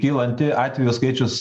kylanti atvejų skaičius